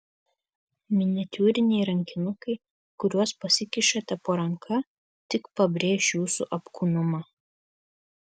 miniatiūriniai rankinukai kuriuos pasikišite po ranka tik pabrėš jūsų apkūnumą